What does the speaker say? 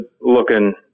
looking